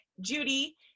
judy